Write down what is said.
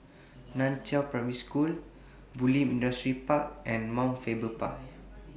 NAN Chiau Primary School Bulim Industrial Park and Mount Faber Park